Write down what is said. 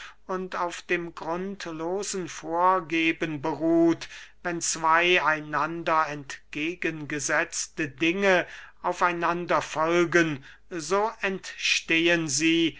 auf dem grundlosen vorgeben beruht wenn zwey einander entgegengesetzte dinge auf einander folgen so entstehen sie